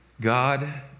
God